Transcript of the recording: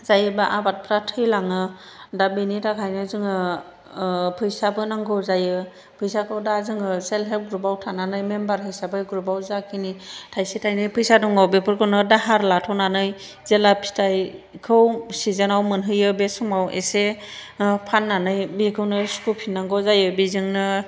जायोब्ला आबादफ्रा थैलाङो दा बेनि थाखायनो जोङो फैसाबो नांगौ जायो फैसाखौ दा जोङो सेल्फ हेल्प ग्रुपाव थानानै मेम्बार हिसाबै ग्रुपाव जाखिनि थाइसे थाइनै फैसा दङ बेफोरखौनो दाहार लाथ'नानै जेब्ला फिथाइखौ सिजेनाव मोनहैयो बे समाव एसे फाननानै बेखौनो सुख'फिननांगौ जायो बेजोंनो